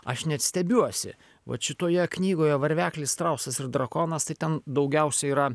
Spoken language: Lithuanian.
aš net stebiuosi vat šitoje knygoje varveklis strausas ir drakonas tai ten daugiausia yra